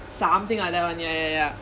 something like that one ya ya ya